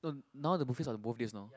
no now the buffet are the both days now